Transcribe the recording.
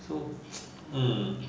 so hmm